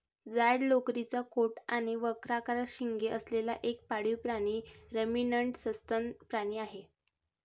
जाड लोकरीचा कोट आणि वक्राकार शिंगे असलेला एक पाळीव प्राणी रमिनंट सस्तन प्राणी आहे